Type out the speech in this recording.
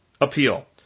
appeal